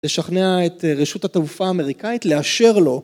לשכנע את רשות התעופה האמריקאית לאשר לו.